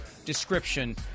Description